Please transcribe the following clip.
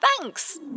Thanks